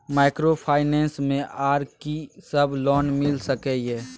Microfinance मे आर की सब लोन मिल सके ये?